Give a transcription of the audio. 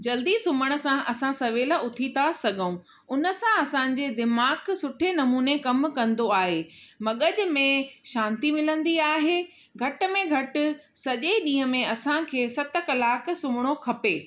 जल्दी सुम्हण सां असां सवेल उथी था सघूं उनसां असांजे दिमाग़ सुठे नमूने कमु कंदो आहे मग़ज में शांती मिलंदी आहे घटी में घटि सॼे ॾींहं में असांखे सत कलाक सुम्हणो खपे